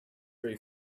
ray